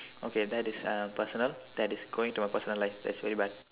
okay that is uh personal that is going to our personal life that's really bad